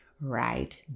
right